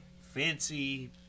fancy